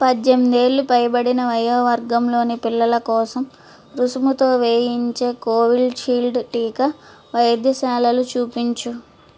పద్దెనిమిదేళ్ళు పైబడిన వయోవర్గంలోని పిల్లల కోసం రుసుముతో వేయించే కోవిషీల్డ్ టీకా వైద్యశాలలు చూపించు